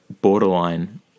borderline